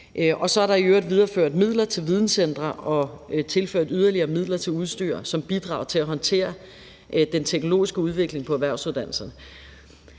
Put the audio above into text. Så er der i øvrigt videreført midler til videncentre og tilført yderligere midler til udstyr som bidrag til at håndtere den teknologiske udvikling på erhvervsuddannelserne.